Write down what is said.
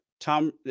Tom